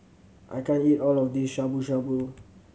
I can't eat all of this Shabu Shabu